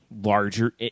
larger